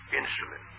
insulin